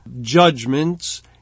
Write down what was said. judgments